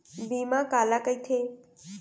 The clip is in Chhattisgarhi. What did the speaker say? बीमा काला कइथे?